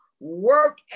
work